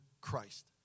Christ